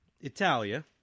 Italia